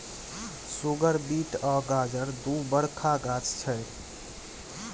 सुगर beet आ गाजर दु बरखा गाछ छै